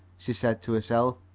she said to herself.